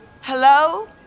Hello